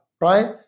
right